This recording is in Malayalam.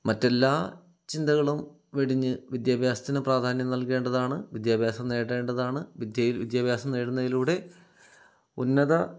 മറ്റെല്ലാ ചിന്തകളും വെടിഞ്ഞ് വിദ്യാഭ്യാസത്തിന് പ്രാധാന്യം നൽകേണ്ടതാണ് വിദ്യാഭ്യാസം നേടേണ്ടതാണ് വിദ്യയിൽ വിദ്യാഭ്യാസം നേടുന്നതിലൂടെ ഉന്നത